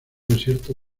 desierto